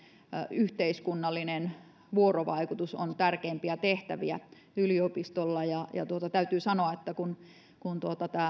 yhteiskunnallinen vuorovaikutus on tärkeimpiä tehtäviä yliopistolla täytyy sanoa että kun kun